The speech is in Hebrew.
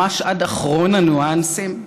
ממש עד אחרון הניואנסים,